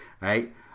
right